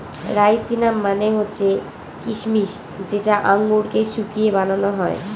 রাইসিনা মানে হচ্ছে কিসমিস যেটা আঙুরকে শুকিয়ে বানানো হয়